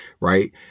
right